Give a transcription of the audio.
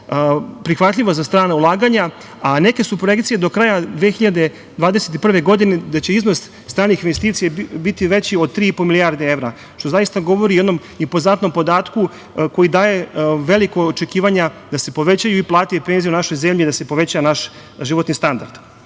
prihvatljivo za strana ulaganja, a neke su projekcije do kraja 2021. godine da će iznos stranih investicija biti veći od 3,5 milijarde evra, što zaista govori o jednom impozantnom podatku koji daje velika očekivanja da se povećaju i plate i penzije u našoj zemlji i da se poveća naš životni standard. Što